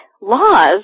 laws